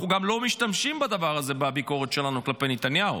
אנחנו גם לא משתמשים בדבר הזה בביקורת שלנו כלפי נתניהו.